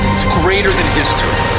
greater than history